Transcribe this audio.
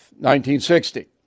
1960